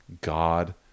God